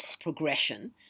progression